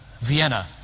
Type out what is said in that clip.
Vienna